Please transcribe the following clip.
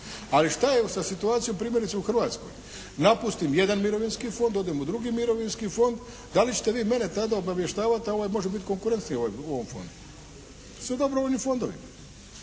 Ali, šta je sa situacijom primjerice u Hrvatskoj? Napustim jedan mirovinski fond, odem u drugi mirovinski fond, da li ćete tada vi mene obavještavat a ovaj može biti konkurent ovom fondu? To su dobrovoljni fondovi.